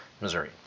Missouri